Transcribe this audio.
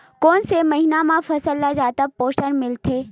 कोन से महीना म फसल ल जादा पोषण मिलथे?